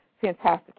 fantastic